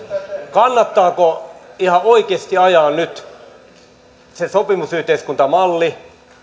kannattaako nyt ihan oikeasti ajaa alas se sopimusyhteiskuntamalli